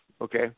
okay